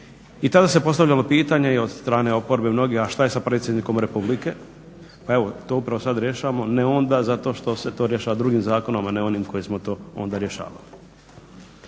i tada se postavljalo pitanje i od strane oporbe mnogima, a što je sa predsjednikom Republike? Pa evo to upravo sad rješavamo, ne onda zato što se to rješava drugim zakonom, a ne onim kojim smo to onda rješavali.